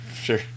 Sure